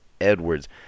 Edwards